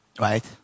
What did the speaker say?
Right